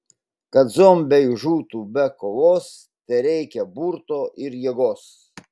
kad zombiai žūtų be kovos tereikia burto ir jėgos